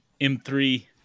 M3